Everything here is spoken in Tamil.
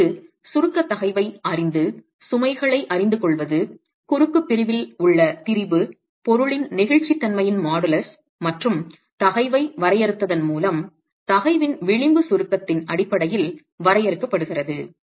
இப்போது சுருக்க தகைவை அறிந்து சுமைகளை அறிந்துகொள்வது குறுக்கு பிரிவில் உள்ள திரிபு பொருளின் நெகிழ்ச்சித்தன்மையின் மாடுலஸ் மற்றும் தகைவை வரையறுத்ததன் மூலம் தகைவின் விளிம்பு சுருக்கத்தின் அடிப்படையில் வரையறுக்கப்படுகிறது